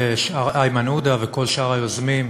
איימן עודה וכל שאר היוזמים.